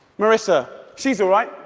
marissa, she's all right,